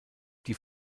die